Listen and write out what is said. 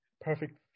perfect